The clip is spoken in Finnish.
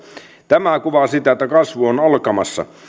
tämä kuvaa sitä että kasvu on alkamassa